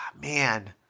Man